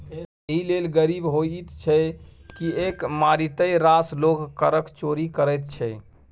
देश एहि लेल गरीब होइत छै किएक मारिते रास लोग करक चोरि करैत छै